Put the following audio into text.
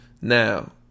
Now